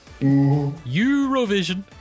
eurovision